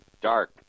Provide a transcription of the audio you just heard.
dark